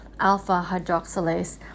alpha-hydroxylase